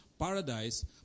paradise